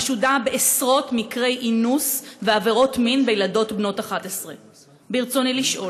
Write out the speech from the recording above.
החשודה בעשרות מקרי אינוס ועבירות מין בילדות בנות 11. ברצוני לשאול: